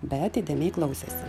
bet įdėmiai klausėsi